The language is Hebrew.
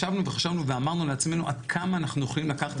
ישבנו וחשבנו ואמרנו לעצמנו עד כמה אנחנו יכולים לקחת